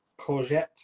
courgette